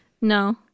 No